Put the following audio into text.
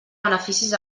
beneficis